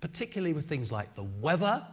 particularly with things like the weather